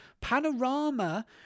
Panorama